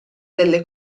delle